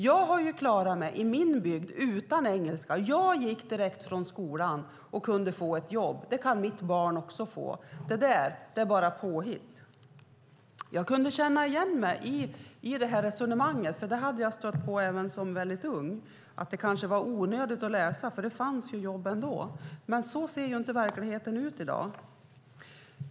Vi har klarat oss i vår bygd utan engelska. Vi gick direkt från skolan och fick jobb. Det kan våra barn också få. Det där är påhitt. Jag kunde känna igen mig i resonemanget eftersom jag hade stött på det även som ung, nämligen att det var onödigt att läsa eftersom det fanns jobb ändå. Men så ser inte verkligheten ut i dag.